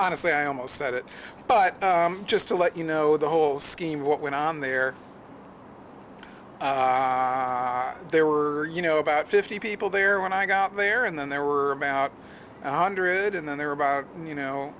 honestly i almost said it but just to let you know the whole scheme of what went on there there were you know about fifty people there when i got there and then there were about a hundred and then there were about you know